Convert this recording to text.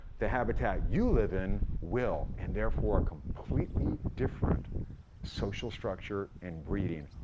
the habitat you live in will, and therefore completely different social structure and breeding.